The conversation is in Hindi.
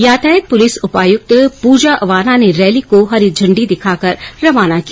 यातायात पुलिस उपायुक्त पूजा अवाना ने रैली को हरी झंडी दिखाकर रवाना किया